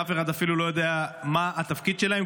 שאף אחד אפילו לא יודע מה התפקיד שלהם,